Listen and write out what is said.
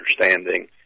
understanding